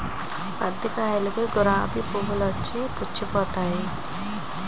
పత్తి కాయలకి గులాబి పురుగొచ్చి పుచ్చిపోయింది